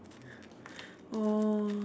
oh